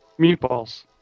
meatballs